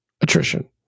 attrition